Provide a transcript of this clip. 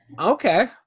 Okay